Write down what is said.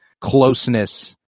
closeness